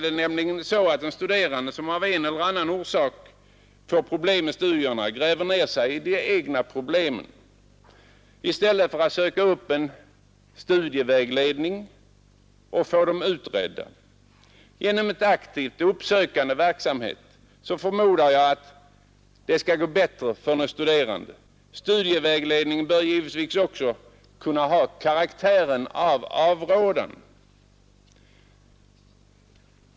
Den studerande, som av en eller annan orsak får problem med studierna, gräver många gånger ner sig i de egna problemen i stället för att söka upp en studievägledare och få dem utredda. Genom en aktiv och uppsökande verksamhet förmodar jag att det skall gå bättre för de studerande. Studievägledningen bör givetvis också kunna ha karaktären av avrådan.